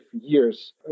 years